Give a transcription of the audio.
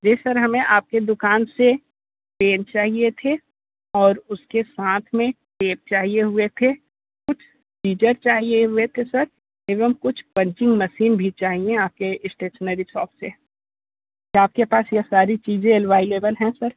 जी sir हमें आपके दुकान से पेन चाहिए थे और उसके साथ में पेज चाहिए हुए थे कुछ सिज़र चाहिए हुए थे सर एवं कुछ पंचिंग मशीन भी चाहिए आपके स्टेशनरी शॉप से क्या आपके पास ये सारी चीज़ें अवेलेबल हैं सर